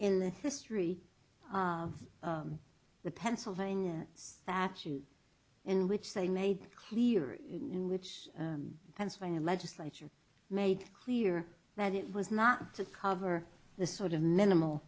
in the history of the pennsylvania statute in which they made clear in which pennsylvania legislature made clear that it was not to cover the sort of minimal